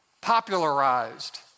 popularized